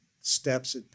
steps